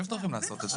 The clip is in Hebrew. יש דרכים לעשות את זה.